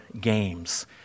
games